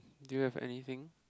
do you have anything